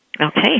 Okay